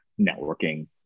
networking